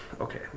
Okay